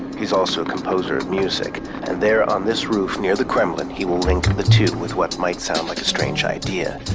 he's also a composer of music and there on this roof near the kremlin, he will the two with what's might sound like a strange idea.